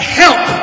help